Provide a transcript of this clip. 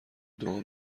دعا